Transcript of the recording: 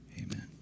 Amen